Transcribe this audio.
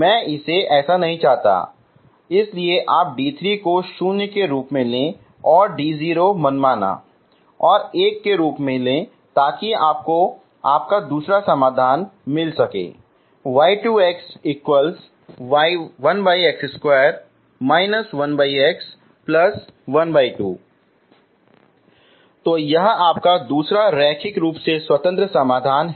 मैं ऐसा नहीं चाहता इसलिए आप d3 को 0 के रूप में लें और d0 मनमाना और 1 के रूप में लें ताकि आपको अपना दूसरा समाधान मिल सके तो यह आपका दूसरा रैखिक रूप से स्वतंत्र समाधान है